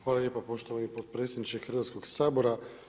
Hvala lijepa poštovani potpredsjedniče Hrvatskog sabora.